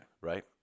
Right